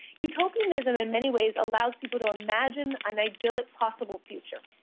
utopianism in many ways allows people to imagine an idyllic possible future.